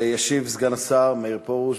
ישיב סגן השר מאיר פרוש.